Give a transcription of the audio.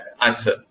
answer